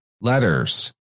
letters